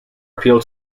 appeal